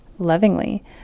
lovingly